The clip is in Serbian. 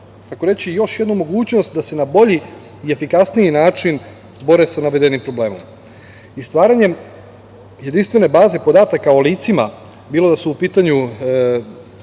tako reći još jednu mogućnost da se na bolji i efikasniji način bore sa navedenim problemom. Stvaranjem jedinstvene baze podataka o licima, bilo da su u pitanju